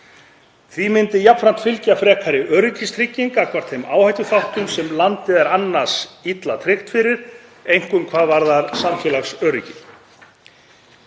Því myndi jafnframt fylgja frekari öryggistrygging gagnvart þeim áhættuþáttum sem landið er annars illa tryggt fyrir, einkum hvað samfélagsöryggi